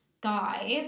guys